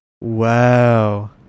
Wow